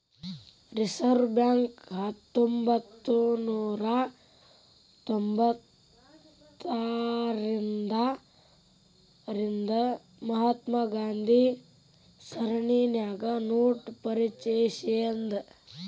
reserve Bank ಹತ್ತೊಂಭತ್ನೂರಾ ತೊಭತಾರ್ರಿಂದಾ ರಿಂದ ಮಹಾತ್ಮ ಗಾಂಧಿ ಸರಣಿನ್ಯಾಗ ನೋಟ ಪರಿಚಯಿಸೇದ್